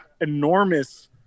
enormous